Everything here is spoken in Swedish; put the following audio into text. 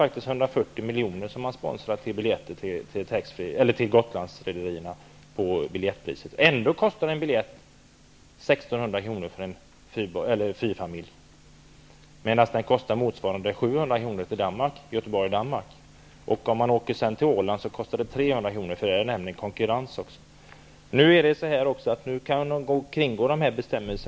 Gotlandsrederierna sponsras faktiskt med 140 miljoner. Ändå kostar en biljett för en familj på fyra personer 1 600 kr. Motsvarande biljett Göteborg--Danmark kostar 700 kr. Om man åker till Åland kostar det 300. Där är det nämligen konkurrens också. Man kan kringgå dessa bestämmelser.